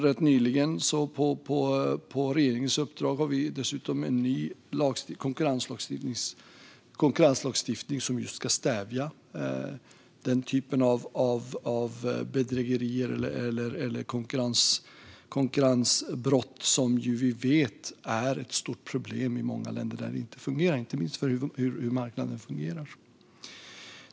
Rätt nyligen fick vi dessutom i enlighet med regeringens förslag en ny konkurrenslagstiftning som ska stävja den här typen av bedrägerier och konkurrensbrott, som vi vet är ett stort problem i många länder där det här inte fungerar, inte minst för marknadens del.